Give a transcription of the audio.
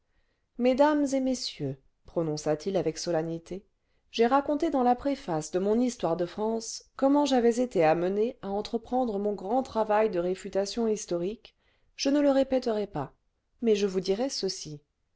mesdames et messieurs prononça-t-il avec solennité j'ai raconté dans la préface de mon histoire de france comment j'avais été amené à entreprendre mon grand travail de réfutation historique je ne le répéterai pas mais je vous dirai ceci